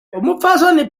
umupfasoni